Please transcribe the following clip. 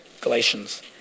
Galatians